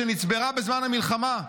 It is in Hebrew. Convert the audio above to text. שנצברה בזמן המלחמה,